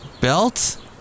Belt